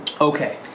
Okay